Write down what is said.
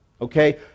okay